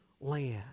land